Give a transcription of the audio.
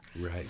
Right